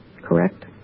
correct